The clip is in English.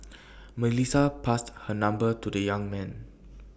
Melissa passed her number to the young man